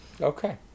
okay